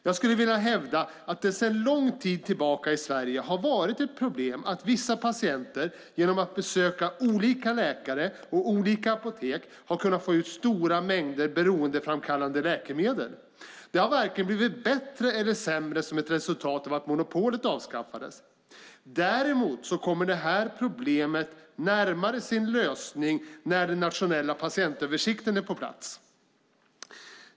Jag vill hävda att det sedan lång tid tillbaka i Sverige har varit ett problem att vissa patienter genom att besöka olika läkare och olika apotek har kunnat få ut stora mängder av beroendeframkallande läkemedel. Det har varken blivit bättre eller sämre som ett resultat av att monopolet avskaffades. Däremot kommer problemet närmare sin lösning när den nationella patientöversikten är på plats.